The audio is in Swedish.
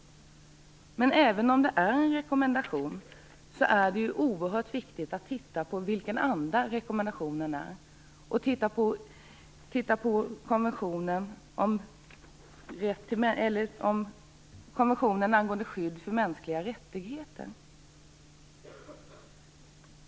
Men även om det är en rekommendation är det oerhört viktigt att titta närmare på rekommendationens anda liksom på konventionen angående skydd för mänskliga rättigheter.